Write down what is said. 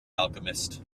alchemist